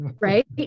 right